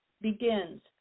begins